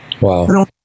Wow